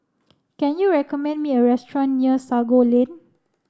can you recommend me a restaurant near Sago Lane